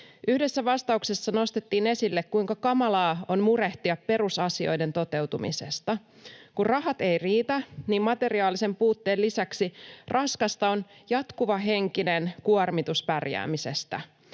Yhdessä vastauksessa nostettiin esille, kuinka kamalaa on murehtia perusasioiden toteutumisesta. Kun rahat eivät riitä, niin materiaalisen puutteen lisäksi raskasta on jatkuva henkinen kuormitus pärjäämisestä.